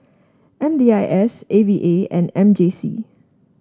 M D I S A V A and M J C